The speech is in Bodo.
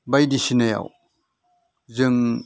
बायदिसिनायाव जों